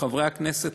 חברי הכנסת,